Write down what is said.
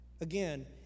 Again